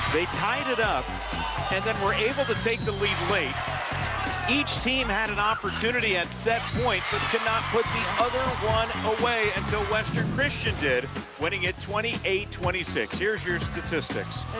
they tied it up and then were able to take the lead late each team had an opportunity at set point but could not put the other one away until western christian did winning it twenty eight twenty six. here's your statistics.